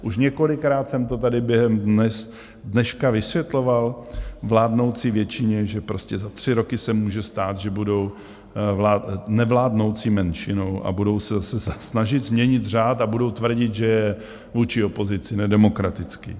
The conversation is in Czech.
Už několikrát jsem to tady během dneška vysvětloval vládnoucí většině, že prostě za tři roky se může stát, že budou nevládnoucí menšinou a budou se zase snažit změnit řád a budou tvrdit, že je vůči opozici nedemokratický.